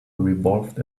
revolved